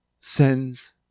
sends